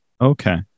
Okay